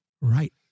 right